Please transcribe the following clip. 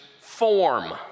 form